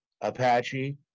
Apache